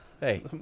Hey